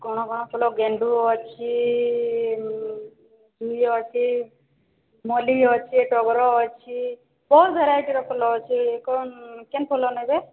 କଣ କଣ ଫୁଲ ଗେଣ୍ଡୁ ଅଛି ଜୁଇ ଅଛି ମଲ୍ଲି ଅଛି ଟଗର ଅଛି ବହୁତ ଭେରାଇଟିର ଫୁଲ ଅଛି କଣ କେନ୍ ଫୁଲ ନେବେ